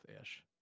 ish